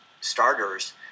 starters